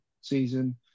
season